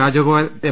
Rajagopal M